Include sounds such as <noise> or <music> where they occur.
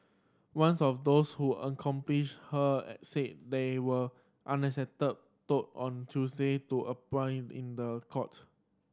once of those who accomplish her <unintelligible> said they were unexpected told on Tuesday to <unintelligible> in the court